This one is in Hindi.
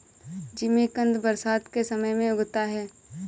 जिमीकंद बरसात के समय में उगता है